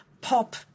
pop